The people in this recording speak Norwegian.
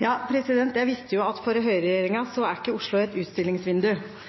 Jeg visste jo at for høyreregjeringen er ikke Oslo et